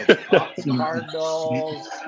Cardinals